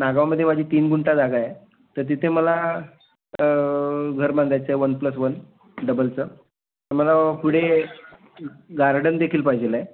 नागावमध्ये माझी तीन गुंठा जागा आहे तर तिथे मला घर बांधायचं आहे वन प्लस वन डबलचं मला पुढे गार्डनदेखील पाहिजे आहे